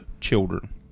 Children